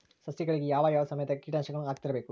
ಸಸಿಗಳಿಗೆ ಯಾವ ಯಾವ ಸಮಯದಾಗ ಕೇಟನಾಶಕಗಳನ್ನು ಹಾಕ್ತಿರಬೇಕು?